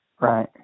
right